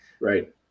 Right